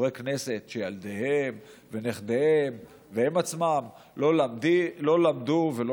חברי כנסת שילדיהם ונכדיהם והם עצמם לא למדו ולא